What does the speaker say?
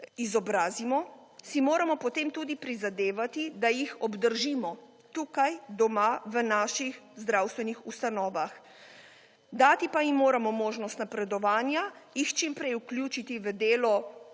izobrazimo, si moramo potem tudi prizadevati, da jih obdržimo, tukaj, doma, v naših zdravstvenih ustanovah. Dati pa jim moramo možnost napredovanja, jih čim prej vključiti v delo